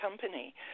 company